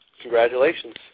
Congratulations